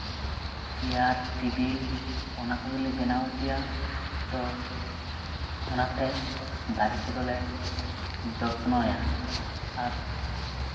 chair table ᱚᱱᱟ ᱠᱚᱜᱮᱞᱮ ᱵᱮᱱᱟᱣ ᱦᱚᱪᱚᱭᱟ ᱛᱳ ᱚᱱᱟᱛᱮ ᱫᱟᱨᱮ ᱠᱚᱫᱚᱞᱮ ᱡᱚᱛᱱᱚᱭᱟ ᱟᱨ